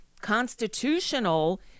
constitutional